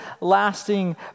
lasting